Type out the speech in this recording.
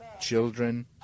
children